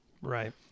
Right